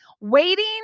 waiting